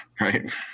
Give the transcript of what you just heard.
right